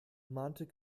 mahnte